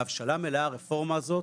בהבשלה מלאה הרפורמה הזאת,